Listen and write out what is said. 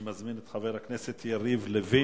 אני מזמין את חבר הכנסת יריב לוין.